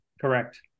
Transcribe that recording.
Correct